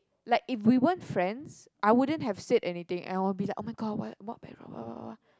like if we weren't friends I wouldn't have said anything and I will be like [oh]-my-god what what background what what what